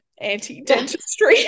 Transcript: anti-dentistry